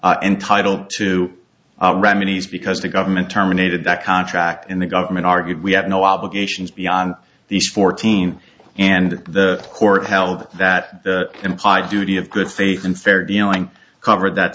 entitled to remedies because the government terminated that contract and the government argued we have no obligations beyond these fourteen and the court held that implied duty of good faith and fair dealing cover that